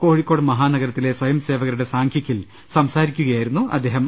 കോഴിക്കോട് മഹാനഗരത്തിലെ സ്വയംസേവകരുടെ സാംഘിക്കിൽ സംസാരിക്കുകയായിരുന്നു അദ്ദേഹം